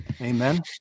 Amen